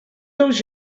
dels